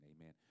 amen